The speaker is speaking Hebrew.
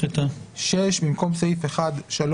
הצבעה לא אושר הסתייגות חמישית: במקום סעיף 1(3),